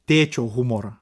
tėčio humorą